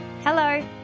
Hello